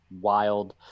wild